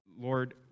Lord